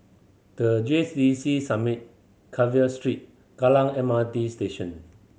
the T C Summit Carver Street Kallang M R T Station